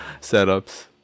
setups